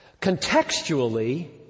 Contextually